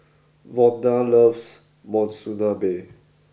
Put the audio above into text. Vonda loves Monsunabe